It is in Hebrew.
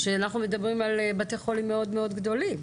שאנחנו מדברים על בתי חולים מאוד מאוד גדולים.